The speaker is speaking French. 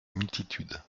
multitude